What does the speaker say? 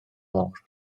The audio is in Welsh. môr